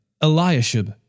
Eliashib